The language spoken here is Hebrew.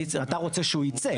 אתה רוצה שהוא יצא.